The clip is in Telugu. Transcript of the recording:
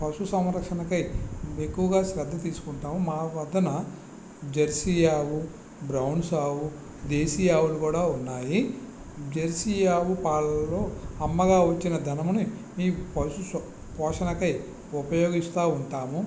పశు సంరక్షణకై ఎక్కువగా శ్రద్ధ తీసుకుంటాము మా వద్ద జెర్సీ ఆవు బ్రౌన్స్ ఆవు దేశీ ఆవులు కూడా ఉన్నాయి జెర్సీ ఆవు పాలను అమ్మగా వచ్చిన ధనముని ఈ పశుస పోషణకై ఉపయోగిస్తూ ఉంటాము